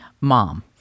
mom